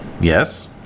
Yes